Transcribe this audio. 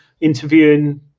interviewing